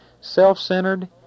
self-centered